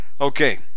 Okay